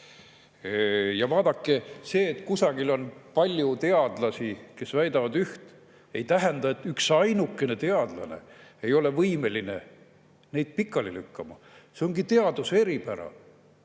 Vaadake, see, et kusagil on palju teadlasi, kes väidavad üht, ei tähenda, et üksainukene teadlane ei ole võimeline neid pikali lükkama. See ongi teaduse eripära: